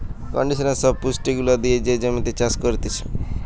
conditioner সব পুষ্টি গুলা দিয়ে যে জমিতে চাষ করতিছে